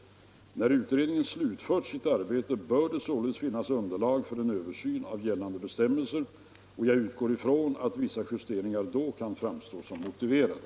När utredningen slutfört sitt arbete bör det således finnas underlag för en översyn av gällande bestämmelser. Jag utgår ifrån att vissa justeringar då kan framstå som motiverade.